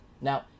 Now